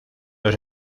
los